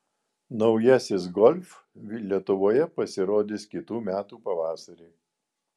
naujasis golf lietuvoje pasirodys kitų metų pavasarį